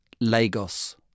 Lagos